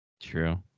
True